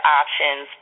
options